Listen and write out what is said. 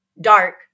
dark